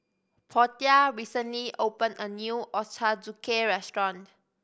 Portia recently opened a new Ochazuke restaurant